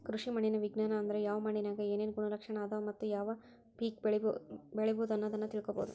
ಕೃಷಿ ಮಣ್ಣಿನ ವಿಜ್ಞಾನ ಅಂದ್ರ ಯಾವ ಮಣ್ಣಿನ್ಯಾಗ ಏನೇನು ಗುಣಲಕ್ಷಣ ಅದಾವ ಮತ್ತ ಯಾವ ಪೇಕ ಬೆಳಿಬೊದು ಅನ್ನೋದನ್ನ ತಿಳ್ಕೋಬೋದು